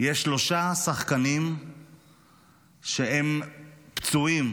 יש שלושה שחקנים שהם פצועים